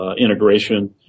integration